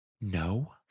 No